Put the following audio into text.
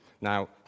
Now